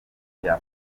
ibya